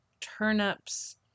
turnips